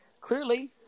Clearly